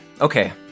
okay